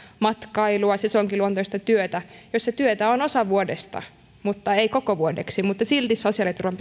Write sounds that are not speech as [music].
matkailua sesonkiluontoista työtä joilla työtä on osan vuodesta mutta ei koko vuodeksi mutta silti sosiaaliturvan [unintelligible]